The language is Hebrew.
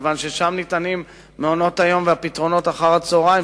מכיוון ששם ניתנים מעונות היום והפתרונות אחר-הצהריים,